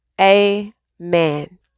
Amen